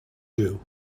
you